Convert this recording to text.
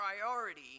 priority